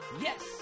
yes